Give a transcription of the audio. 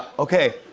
okay,